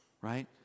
right